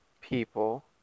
people